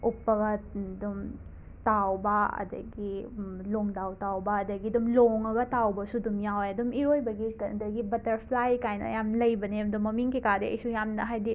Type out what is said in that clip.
ꯎꯞꯄꯒ ꯑꯗꯨꯝ ꯇꯥꯎꯕ ꯑꯗꯒꯤ ꯂꯣꯡꯗꯥꯎ ꯇꯥꯎꯕ ꯑꯗꯒꯤ ꯑꯗꯨꯝ ꯂꯣꯡꯉꯒ ꯇꯥꯎꯕꯁꯨ ꯑꯗꯨꯝ ꯌꯥꯎꯋꯦ ꯑꯗꯨꯝ ꯏꯔꯣꯏꯕꯒꯤ ꯀ ꯑꯗꯒꯤ ꯕꯇꯔꯐ꯭ꯂꯥꯏ ꯀꯥꯏꯅ ꯌꯥꯝꯅ ꯂꯩꯕꯅꯦ ꯑꯗꯨꯝ ꯃꯃꯤꯡ ꯀꯩ ꯀꯥꯗꯤ ꯑꯩꯁꯨ ꯌꯥꯝꯅ ꯍꯥꯏꯗꯤ